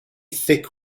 thick